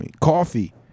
Coffee